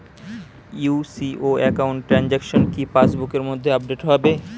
UCO account transaction কি pass বুকের মধ্যে আপডেট হবে?